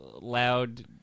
loud